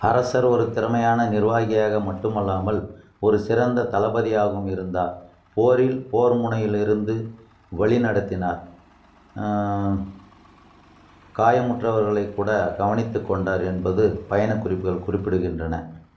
அரசர் ஒரு திறமையான நிர்வாகியாக மட்டுமல்லாமல் ஒரு சிறந்த தளபதியாகவும் இருந்தார் போரில் போர்முனையிலிருந்து வழிநடத்தினார் காயமுற்றவர்களைக் கூட கவனித்துக் கொண்டார் என்பது பயணக் குறிப்புகள் குறிப்பிடுகின்றன